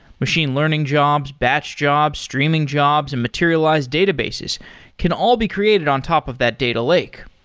machine learning jobs, batch jobs, streaming jobs and materialized databases can all be created on top of that data lake.